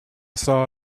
saw